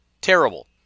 terrible